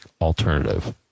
alternative